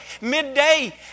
midday